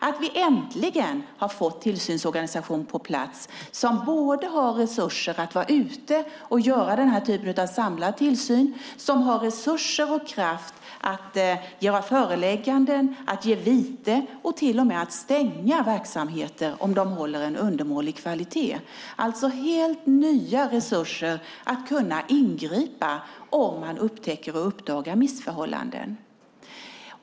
Vi har äntligen fått en tillsynsorganisation på plats som har både resurser att vara ute och göra den här typen av samlad tillsyn och kraft att göra förelägganden, ge vite och till med kunna stänga verksamheter om de håller en undermålig kvalitet. Det finns alltså helt nya resurser till att kunna ingripa om man upptäcker missförhållanden och om sådana uppdagas.